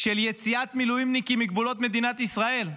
של יציאת מילואימניקים מגבולות מדינת ישראל.